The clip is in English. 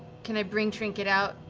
can i bring trinket out?